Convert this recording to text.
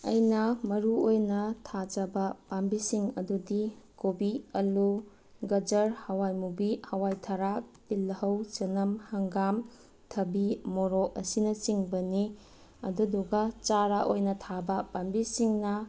ꯑꯩꯅ ꯃꯔꯨ ꯑꯣꯏꯅ ꯊꯥꯖꯕ ꯄꯥꯝꯕꯤꯁꯤꯡ ꯑꯗꯨꯗꯤ ꯀꯣꯕꯤ ꯑꯂꯨ ꯒꯖꯔ ꯍꯋꯥꯏꯃꯨꯕꯤ ꯍꯋꯥꯏꯊꯔꯥꯛ ꯇꯤꯜꯂꯧ ꯆꯅꯝ ꯍꯪꯒꯥꯝ ꯊꯕꯤ ꯃꯣꯔꯣꯛ ꯑꯁꯤꯅꯆꯤꯡꯕꯅꯤ ꯑꯗꯨꯗꯨꯒ ꯆꯥꯔ ꯑꯣꯏꯅ ꯊꯥꯕ ꯄꯥꯝꯕꯤꯁꯤꯡꯅ